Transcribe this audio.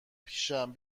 پیشم